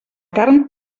carn